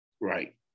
right